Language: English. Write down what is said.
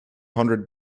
hundred